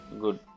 good